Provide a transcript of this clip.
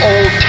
Old